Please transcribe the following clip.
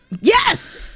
Yes